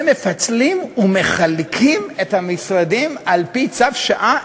מפצלים ומחלקים את המשרדים על-פי צו שעה,